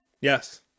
Yes